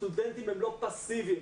הסטודנטים הם לא פסיביים,